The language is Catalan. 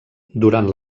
durant